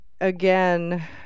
again